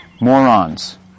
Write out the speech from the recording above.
morons